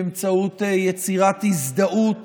באמצעות יצירת הזדהות